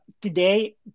today